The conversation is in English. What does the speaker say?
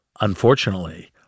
Unfortunately